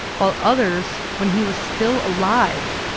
while others, when he was still alive,